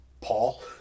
Paul